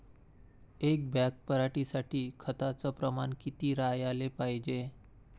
एक बॅग पराटी साठी खताचं प्रमान किती राहाले पायजे?